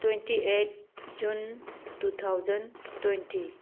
twenty eight June two thousand twenty